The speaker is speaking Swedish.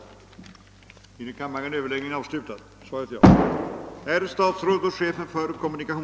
Ordet lämnades på begäran till Chefen för kommunikationsdeparte